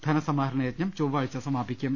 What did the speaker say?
ധനസമാഹരണ യജ്ഞം ചൊവ്വാഴ്ച സമാപിക്കും